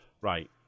right